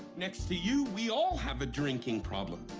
next to you, we all have a drinking problem!